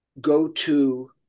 go-to